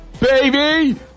baby